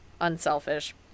unselfish